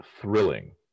thrilling